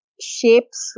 shapes